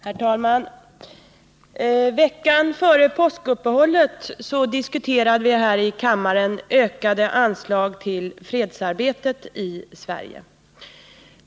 Herr talman! Veckan före påskuppehållet diskuterade vi här i kammaren ökade anslag till fredsarbetet i Sverige.